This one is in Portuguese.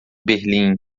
berlim